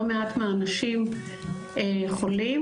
לא מעט מהאנשים חולים,